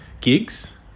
gigs